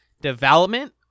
development